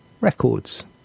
records